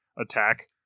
attack